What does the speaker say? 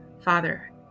Father